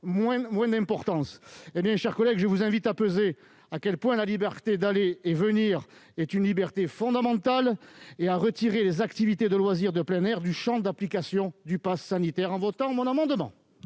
moins d'importance ! Mes chers collègues, je vous invite à peser à quel point la liberté d'aller et venir est fondamentale et à retirer les activités de loisirs de plein air du champ d'application du passe sanitaire en votant cet amendement.